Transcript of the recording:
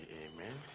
amen